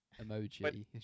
emoji